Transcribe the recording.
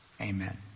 amen